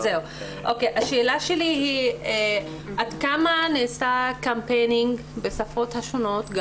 השאלה שלי היא עד כמה נעשו קמפיינים בשפות השונות,